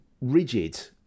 rigid